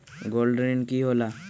Gold ऋण की होला?